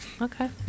Okay